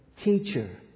Teacher